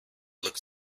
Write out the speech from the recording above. looked